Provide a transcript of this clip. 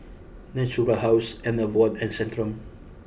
Natura House Enervon and Centrum